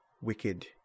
wicked